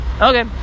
okay